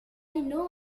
know